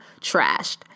Trashed